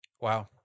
Wow